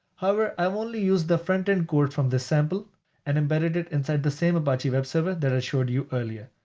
however, i've only use the frontend code from the sample and embedded it inside the same apache web server that i showed you earlier.